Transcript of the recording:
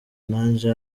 naje